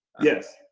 yes.